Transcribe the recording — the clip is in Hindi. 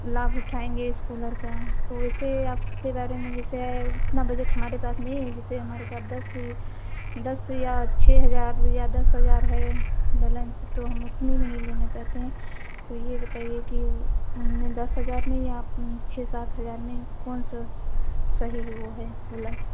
लाभ उठाएंगे इस कूलर का तो इसे आपके बारे में जैसे उतना बजट हमारे पास नहीं है जैसे हमारे पास दस दस या छः हज़ार या दस हज़ार है बैलेंस तो हम उतने में ही लेना चाहते हैं तो यह बताइए कि उनमें दस हज़ार में आप छः सात हज़ार में कौन सा सही वह है कूलर